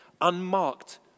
unmarked